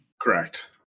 correct